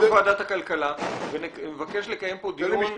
ועדת הכלכלה ונבקש לקיים פה דיון מיוחד.